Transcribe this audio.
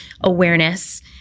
awareness